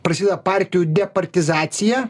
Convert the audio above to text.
prasideda partijų departizacija